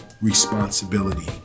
responsibility